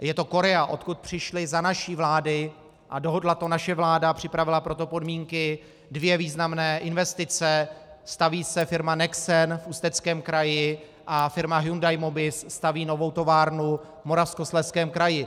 Je to Korea, odkud přišly za naší vlády a dohodla to naše vláda a připravila pro to podmínky dvě významné investice: staví se firma Nexen v Ústeckém kraji a firma Hyundai Mobis staví novou továrnu v Moravskoslezském kraji.